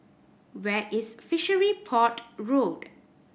where is Fishery Port Road